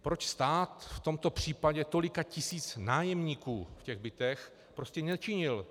Proč stát v tomto případě tolika tisíc nájemníků v bytech prostě nečinil?